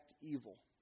evil